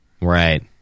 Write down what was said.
Right